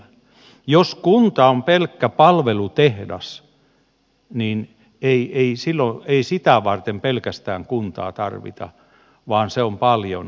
jos kunta on pelkkä palvelutehdas niin ei pelkästään sitä varten kuntaa tarvita vaan se on paljon enemmän